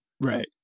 right